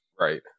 right